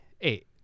eight